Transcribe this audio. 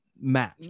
match